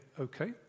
okay